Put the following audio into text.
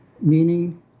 meaning